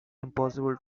impossible